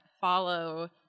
follow